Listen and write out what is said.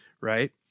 right